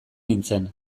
nintzen